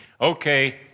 okay